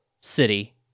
city